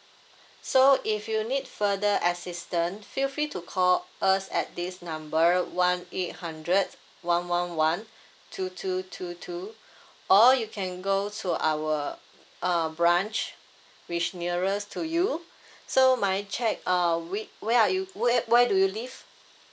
so if you need further assistant feel free to call us at this number one eight hundred one one one two two two two or you can go to our uh branch which nearest to you so may I check uh wh~ where are you where where do you live